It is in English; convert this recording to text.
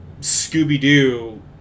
scooby-doo